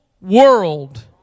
world